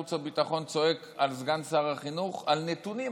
החוץ והביטחון צועק על סגן שר החינוך על נתונים.